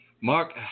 Mark